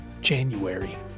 January